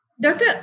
Doctor